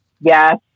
Yes